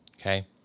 Okay